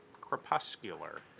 Crepuscular